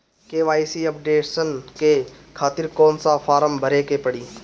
KYC updation के खातिर कौन सा फारम भरे के पड़ी?